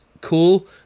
Cool